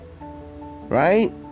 right